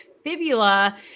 Fibula